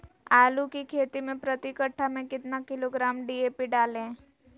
आलू की खेती मे प्रति कट्ठा में कितना किलोग्राम डी.ए.पी डाले?